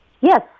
Yes